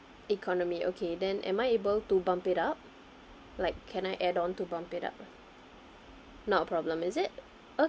economy okay then am I able to bump it up like can I add on to bump it up ah not problem is it